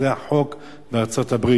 זה החוק בארצות-הברית.